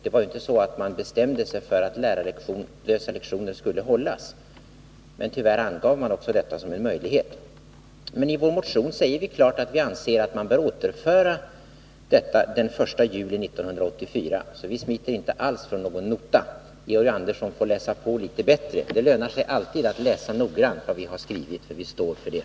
Det var inte så att man bestämde sig för att lärarlösa lektioner skulle hållas, men tyvärr angav man också detta som en möjlighet. Men i vår motion säger vi klart att vi anser att man bör återföra detta den 1 juli 1984. Vi smiter inte alls från någon nota. Georg Andersson får läsa på litet bättre. Det lönar sig alltid att läsa noggrant vad vi har skrivit. Vi står för det.